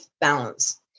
balance